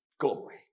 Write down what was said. glory